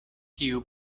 tiu